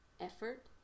effort